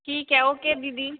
ठीक है ओके दीदी